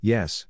Yes